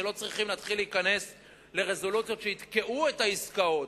שלא צריכים להתחיל להיכנס לרזולוציות שיתקעו את העסקאות.